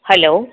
hello